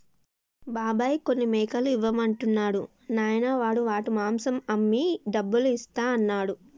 బాబాయ్ కొన్ని మేకలు ఇవ్వమంటున్నాడు నాయనా వాడు వాటి మాంసం అమ్మి డబ్బులు ఇస్తా అన్నాడు